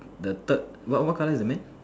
the third what what colour is the man